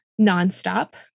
nonstop